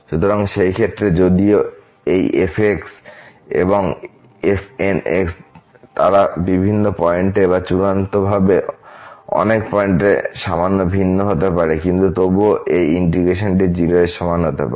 সুতরাং সেই ক্ষেত্রে যদিও এই f এবং fn তারা বিভিন্ন পয়েন্টে বা চূড়ান্তভাবে অনেক পয়েন্টে সামান্য ভিন্ন হতে পারে কিন্তু তবুও এই ইন্টিগ্রেশনটি 0 এর সমান হতে পারে